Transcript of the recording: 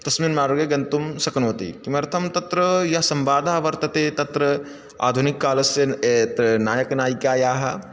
तस्मिन् मार्गे गन्तुं शक्नोति किमर्थं तत्र यः संवादः वर्तते तत्र आधुनिककालस्य यत्र नायकनायिकायाः